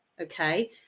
Okay